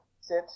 sit